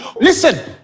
Listen